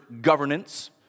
governance